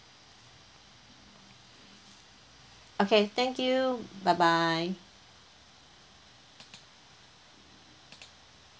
okay thank you bye bye